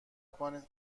کنید